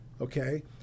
okay